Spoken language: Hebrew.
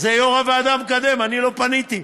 זה יו"ר הוועדה מקדם, אני לא פניתי.